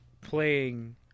playing